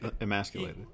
emasculated